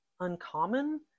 uncommon